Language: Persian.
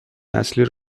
نسلی